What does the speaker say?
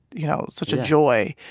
you know, such a joy.